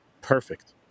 Perfect